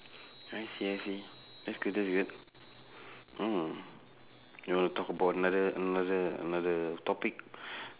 I see I see that's good that's good mm you wanna talk about another another another topic